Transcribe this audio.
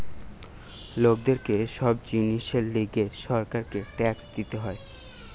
লোকদের কে সব জিনিসের লিগে সরকারকে ট্যাক্স দিতে হয়